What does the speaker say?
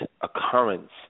occurrence